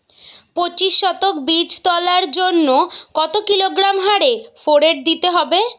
পঁচিশ শতক বীজ তলার জন্য কত কিলোগ্রাম হারে ফোরেট দিতে হবে?